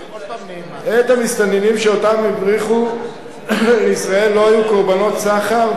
אם המסתננים שאותם הבריחו לישראל לא היו קורבנות סחר,